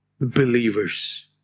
believers